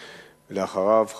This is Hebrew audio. ואחריו,